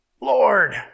Lord